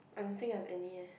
I don't think have any eh